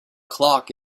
clock